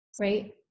right